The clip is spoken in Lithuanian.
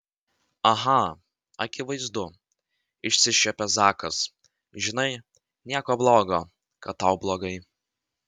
aha akivaizdu išsišiepia zakas žinai nieko blogo kad tau blogai